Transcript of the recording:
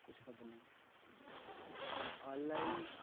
کچھ حد نہیں اور آن لائن